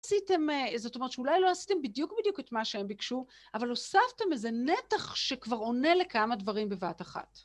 עשיתם איזה, זאת אומרת שאולי לא עשיתם בדיוק בדיוק את מה שהם ביקשו, אבל הוספתם איזה נתח שכבר עונה לכמה דברים בבת אחת.